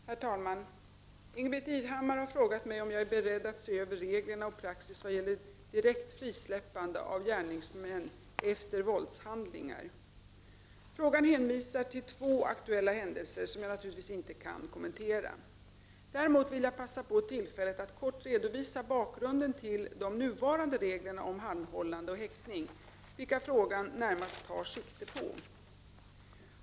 Herr talman! Ingbritt Irhammar har frågat mig om jag är beredd att se över reglerna och praxis vad gäller direkt frisläppande av gärningsmän efter våldshandlingar. Frågan hänvisar till två aktuella händelser som jag naturligtvis inte kan kommentera. Däremot vill jag passa på tillfället att kort redovisa bakgrunden till de nuvarande reglerna om anhållande och häktning, vilka frågan närmast tar sikte på.